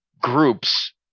groups